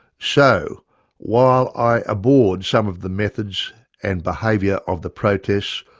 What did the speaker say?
so while i abhorred some of the methods and behaviour of the protests,